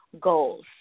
goals